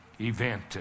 event